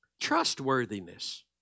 trustworthiness